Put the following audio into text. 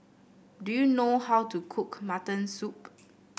do you know how to cook Mutton Soup